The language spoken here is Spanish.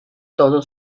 todo